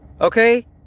okay